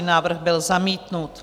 Návrh byl zamítnut.